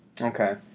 Okay